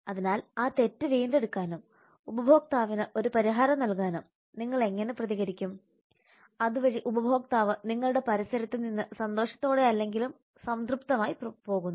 അതിനാൽ ആ തെറ്റ് വീണ്ടെടുക്കാനും ഉപഭോക്താവിന് ഒരു പരിഹാരം നൽകാനും നിങ്ങൾ എങ്ങനെ പ്രതികരിക്കും അതുവഴി ഉപഭോക്താവ് നിങ്ങളുടെ പരിസരത്ത് നിന്ന് സന്തോഷത്തോടെയല്ലെങ്കിലും സംതൃപ്തമായി പോകുന്നു